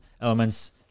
elements